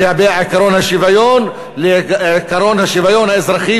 לגבי עקרון השוויון: עקרון השוויון האזרחי